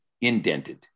indented